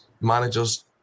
managers